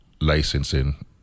Licensing